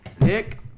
Nick